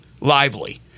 lively